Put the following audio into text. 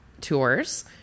tours